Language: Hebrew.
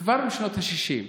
כבר משנות השישים,